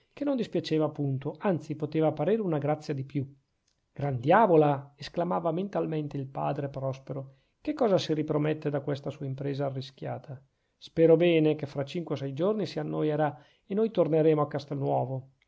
che non dispiaceva punto anzi poteva parere una grazia di più gran diavola esclamava mentalmente il padre prospero che cosa si ripromette da questa sua impresa arrischiata spero bene che fra cinque o sei giorni si annoierà e noi torneremo a castelnuovo